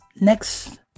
next